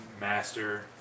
master